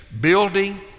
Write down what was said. Building